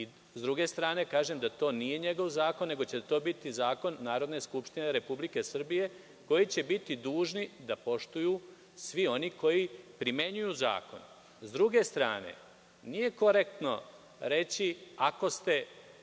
S druge strane, kažem da to nije njegov zakon, nego će to biti zakon Narodne skupštine Republike Srbije, koji će biti dužni da poštuju svi oni koji primenjuju zakon.S druge strane, nije korektno reći – ako smatrate